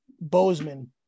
bozeman